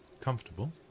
comfortable